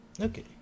Okay